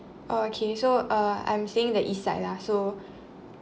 oh okay so uh I'm saying the east side lah so